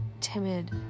timid